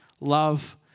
love